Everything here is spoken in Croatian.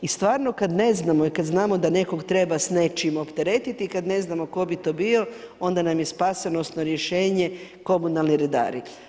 I stvarno kada ne znamo i kada znamo da nekog treba s nečim opteretiti i kada ne znamo tko bi to bio onda nam je spasonosno rješenje komunalni redari.